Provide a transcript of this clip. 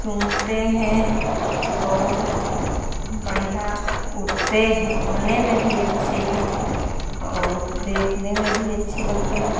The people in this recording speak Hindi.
चुनते हैं और बढ़िया उड़ते हैं उड़ने में भी अच्छे हैं और देखने में भी अच्छे लगते हैं